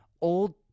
old